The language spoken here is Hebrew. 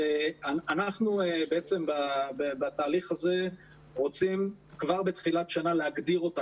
אנחנו בעצם בתהליך הזה רוצים כבר בתחילת שנה להגדיר אותה.